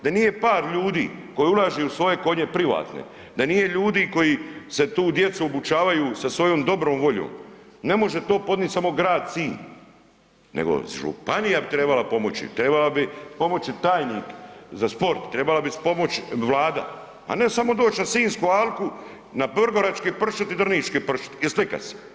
Da nije par ljudi koji ulažu u svoje konje privatne, da nije ljudi koji se tu djecu obučavaju sa svojom dobrom voljom, ne može to podnit samo grad Sinj, nego županija bi trebala pomoći, trebala bi pomoći tajnik za sport, trebala bi pomoć Vlada, a ne samo doći na Sinjsku alku, na vrgorački pršut i drniški pršut i slikat se.